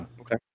Okay